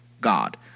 God